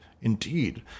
indeed